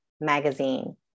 magazine